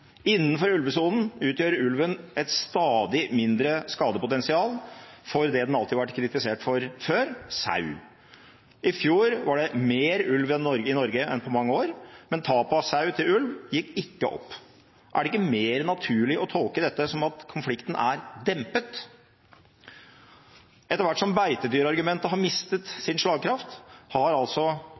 Innenfor ulvesonen utgjør ulven et stadig mindre skadepotensial for det den alltid har vært kritisert for før – sau. I fjor var det mer ulv i Norge enn på mange år, men tapet av sau til ulv gikk ikke opp. Er det ikke mer naturlig å tolke dette som at konflikten er dempet? Etter hvert som beitedyrargumentet har mistet sin slagkraft, har altså